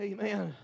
Amen